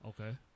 Okay